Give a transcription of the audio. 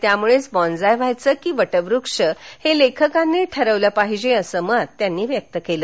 त्यामुळे बोनसाय व्हायचे की वटवक्ष हे लेखकांनी ठरवले पाहिजे असं मत त्यांनी व्यक्त केलं